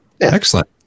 excellent